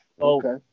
okay